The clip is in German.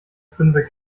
fünfe